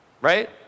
right